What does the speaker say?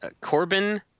Corbin